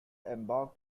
embarked